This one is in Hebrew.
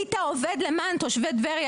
היית עובד למען תושבי טבריה.